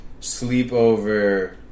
sleepover